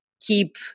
keep